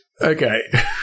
Okay